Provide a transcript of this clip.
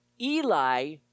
Eli